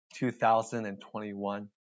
2021